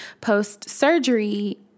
post-surgery